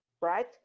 right